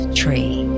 tree